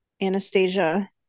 anastasia